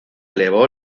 elevó